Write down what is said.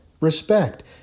respect